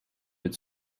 під